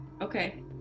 Okay